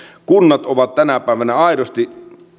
kunnat ovat tänä päivänä aidosti